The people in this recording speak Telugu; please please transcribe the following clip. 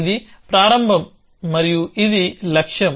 ఇది ప్రారంభం మరియు ఇది లక్ష్యం